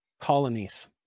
colonies